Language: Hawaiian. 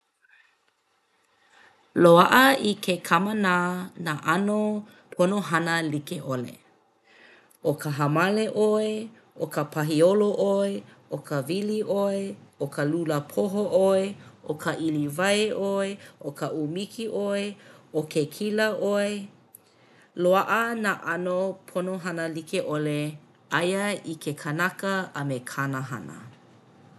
Loaʻa i ke kamanā nā ʻano pono hana like ʻole. ʻO ka hāmale ʻoe, ʻo ka pahi olo ʻoe, ʻo ka wili ʻoe, ʻo ka lula poho ʻoe, ʻo ka ʻiliwai ʻoe, ʻo ka ʻumiki ʻoe, ʻo ke kila ʻoe. Loaʻa nā ʻano pono hana like ʻole aia i ke kānaka a me kāna hana.